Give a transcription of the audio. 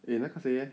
eh 那个谁 eh